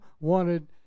wanted